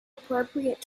appropriate